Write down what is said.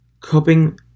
Coping